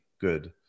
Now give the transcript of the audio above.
good